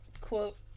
quote